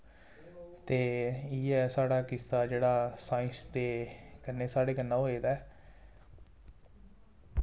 ते इ'यै साढ़ा किस्सा जेह्ड़ा साइंस दे कन्नै साढ़े कन्नै होए दा ऐ